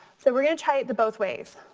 so we're gonna try it the both ways.